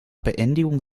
beendigung